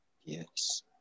Yes